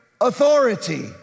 authority